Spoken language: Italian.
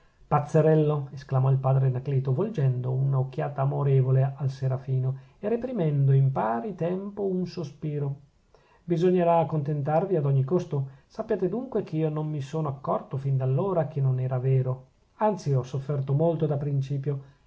pazzerello esclamò il padre anacleto volgendo un'occhiata amorevole al serafino e reprimendo in pari tempo un sospiro bisognerà contentarvi ad ogni costo sappiate dunque che io non mi sono accorto fin d'allora che non era vero anzi ho sofferto molto da principio